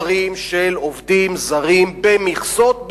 עובדים זרים במספרים גדולים במכסות,